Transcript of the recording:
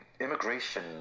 Immigration